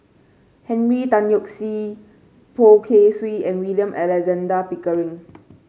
Henry Tan Yoke See Poh Kay Swee and William Alexander Pickering